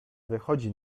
wychodzi